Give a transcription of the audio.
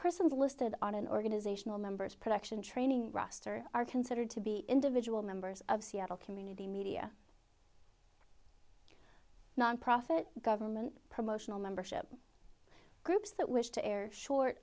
persons listed on an organizational members production training roster are considered to be individual members of seattle community media nonprofit government promotional membership groups that wish to air short